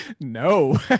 no